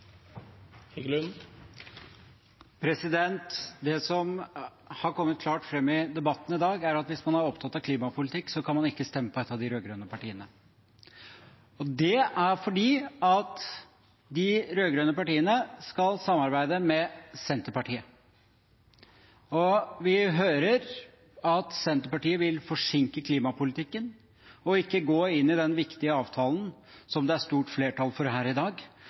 at hvis man er opptatt av klimapolitikk, kan man ikke stemme på et av de rød-grønne partiene. Det er fordi de rød-grønne partiene skal samarbeide med Senterpartiet. Vi hører at Senterpartiet vil forsinke klimapolitikken og ikke gå inn i den viktige avtalen som det er stort flertall for her i dag.